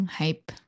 hype